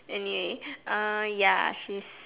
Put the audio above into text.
anyway err ya she's